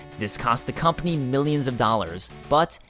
this cost the company millions of dollars, but,